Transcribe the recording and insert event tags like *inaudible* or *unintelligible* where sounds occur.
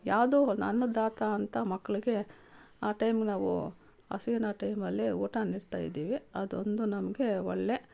ಯಾವುದೋ *unintelligible* ಅನ್ನದಾತ ಅಂತ ಮಕ್ಳಿಗೆ ಆ ಟೈಮ್ಗೆ ನಾವು ಹಸುವಿನ ಟೈಮಲ್ಲಿ ಊಟ ನೀಡ್ತಾಯಿದ್ದೀವಿ ಅದೊಂದು ನಮಗೆ ಒಳ್ಳೆ